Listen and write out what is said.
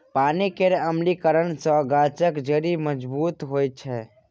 पानि केर अम्लीकरन सँ गाछक जड़ि मजबूत होइ छै